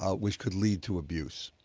ah which could lead to abuse.